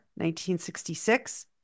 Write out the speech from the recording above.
1966